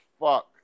fuck